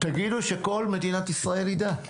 תגידו שכל מדינת ישראל תדע.